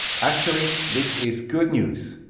actually, this is good news,